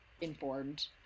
informed